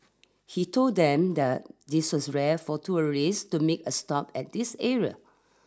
he told them that this was rare for tourist to make a stop at this area